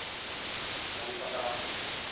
ᱥᱟᱦᱟᱱ ᱯᱟᱛᱲᱟ